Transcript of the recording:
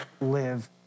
live